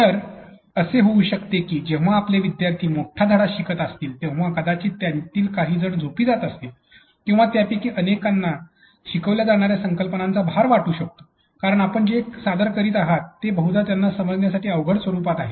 तर असे होऊ शकते की जेव्हा आपले विद्यार्थी मोठा धडा शिकत असतील तेव्हा कदाचित त्यातील काही जण झोपी जात असतील किंवा त्यापैकी काहींना शिकवल्या जाणाऱ्या संकल्पनांचा भार वाटू शकतो कारण आपण जे सादर करीत आहात ते बहुधा त्यांना समजण्यासाठी अवघड स्वरूपात आहे